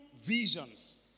visions